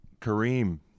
Kareem